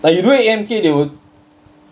like you do A_M_K they will